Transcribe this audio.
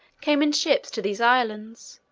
came in ships to these islands,